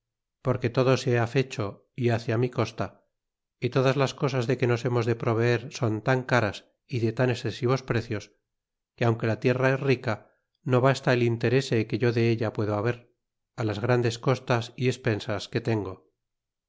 porque todo se ha fecho y hace mi costa y todas las cosas de que nos hemos de proveer son tan caras y de tan excesivos precios que aunque la tierra es rica no basta el lateo rece que yo de ella puedo haber las grandes costas y expensas que tengo